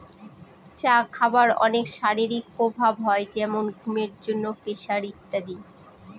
চা খাবার অনেক শারীরিক প্রভাব হয় যেমন ঘুমের জন্য, প্রেসার ইত্যাদি